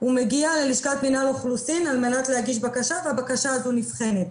הוא מגיע ללשכת מינהל אוכלוסין על מנת להגיש בקשה והבקשה הזו נבחנת.